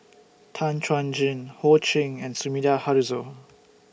Tan Chuan Jin Ho Ching and Sumida Haruzo